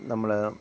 നമ്മൾ